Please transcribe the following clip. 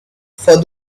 for